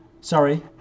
Sorry